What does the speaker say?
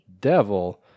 devil